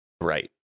Right